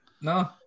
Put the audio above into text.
No